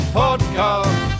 podcast